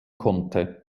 konnte